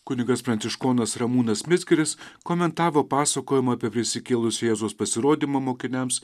kunigas pranciškonas ramūnas mizgiris komentavo pasakojimą apie prisikėlusio jėzaus pasirodymą mokiniams